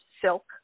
silk